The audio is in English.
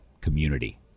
community